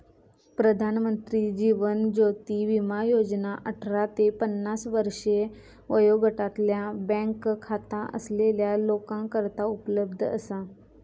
प्रधानमंत्री जीवन ज्योती विमा योजना अठरा ते पन्नास वर्षे वयोगटातल्या बँक खाता असलेल्या लोकांकरता उपलब्ध असा